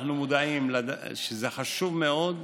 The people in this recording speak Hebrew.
אנחנו מודעים לכך שזה חשוב מאוד,